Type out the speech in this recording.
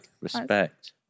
Respect